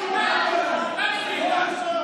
החוצה